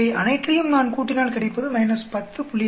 இவை அனைற்றையும் நான் கூட்டினால் கிடைப்பது -10